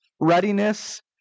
readiness